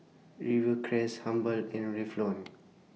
Rivercrest Habhal and Revlon